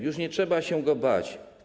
Już nie trzeba się go bać.